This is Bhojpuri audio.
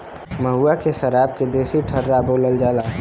महुआ के सराब के देसी ठर्रा बोलल जाला